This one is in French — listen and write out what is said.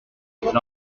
existe